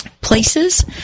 Places